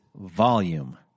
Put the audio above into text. Volume